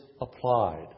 applied